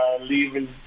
leaving